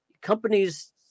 companies